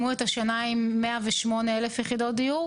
שמים דגש